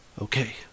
okay